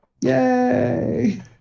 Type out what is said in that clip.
Yay